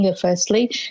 firstly